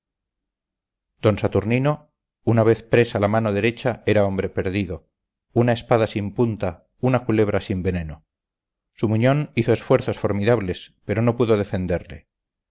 d saturnino una vez presa la mano derecha era hombre perdido una espada sin punta una culebra sin veneno su muñón hizo esfuerzos formidables pero no pudo defenderle